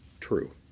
true